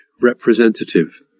representative